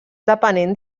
depenent